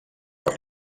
per